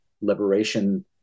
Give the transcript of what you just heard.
liberation